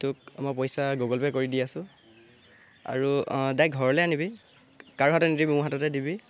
অঁ তোক মই পইছা গুগল পে' কৰি দি আছোঁ আৰু অঁ ডাইৰেক্ট ঘৰলৈ আনিবি কাৰো হাতত নিদিবি মোৰ হাততে দিবি